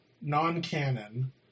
non-canon